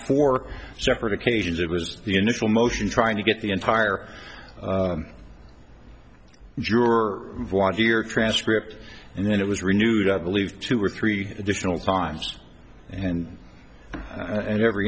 for separate occasions it was the initial motion trying to get the entire juror volunteer transcript and then it was renewed i believe two or three additional times and and every